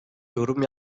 yorum